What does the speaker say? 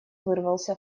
вырвался